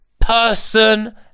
person